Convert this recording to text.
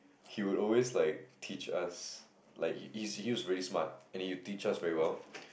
he would always like teach us like he's he's really smart and he would teach us very well